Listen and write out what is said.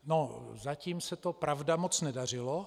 No, zatím se to, pravda, moc nedařilo.